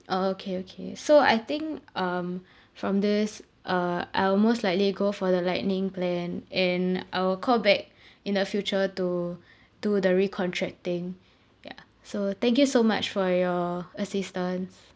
orh okay okay so I think um from this uh I will most likely go for the lightning plan and I will call back in the future to do the recontract thing ya so thank you so much for your assistance